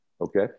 Okay